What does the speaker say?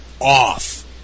off